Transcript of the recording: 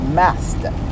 master